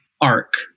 arc